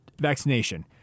vaccination